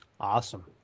Awesome